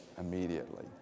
immediately